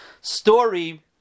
story